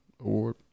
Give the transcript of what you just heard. award